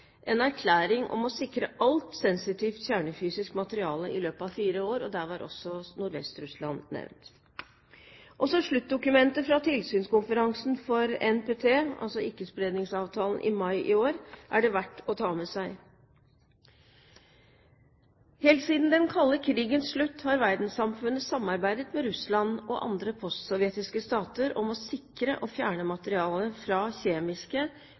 en erklæring om å sikre alt sensitivt kjernefysisk materiale i løpet av fire år. Der var også Nordvest-Russland nevnt. Også sluttdokumentet fra tilsynskonferansen for NPT i mai i år, altså Ikke-spredningsavtalen, er verdt å ta med seg. Helt siden den kalde krigens slutt har verdenssamfunnet samarbeidet med Russland og andre postsovjetiske stater om å sikre og fjerne materiale fra kjemiske,